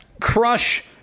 Crush